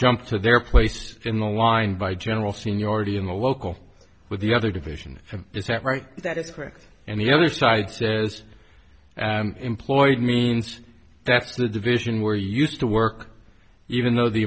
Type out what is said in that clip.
jumped to their place in the line by general seniority in the local with the other division is that right that is correct and the other side says employed means that's the division where used to work even though the